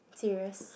serious